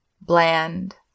Bland